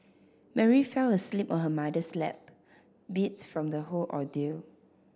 Mary fell asleep on her mother's lap beat from the whole ordeal